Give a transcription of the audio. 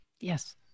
Yes